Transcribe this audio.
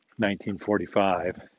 1945